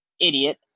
idiot